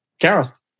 Gareth